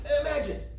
Imagine